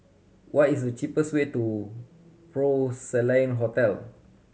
what is the cheapest way to Porcelain Hotel